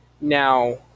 Now